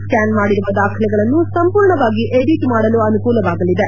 ಸ್ಟಾನ್ ಮಾಡಿರುವ ದಾಖಲೆಗಳನ್ನು ಸಂಪೂರ್ಣವಾಗಿ ಎಡಿಟ್ ಮಾಡಲು ಅನುಕೂಲವಾಗಲಿದೆ